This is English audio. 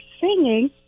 singing